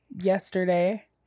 yesterday